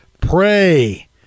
Pray